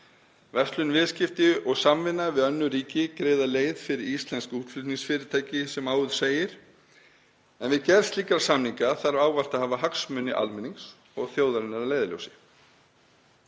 Verslun, viðskipti og samvinna við önnur ríki greiða leið fyrir íslensk útflutningsfyrirtæki sem áður segir, en við gerð slíkra samninga þarf ávallt að hafa hagsmuni almennings og þjóðarinnar að leiðarljósi.